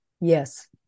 Yes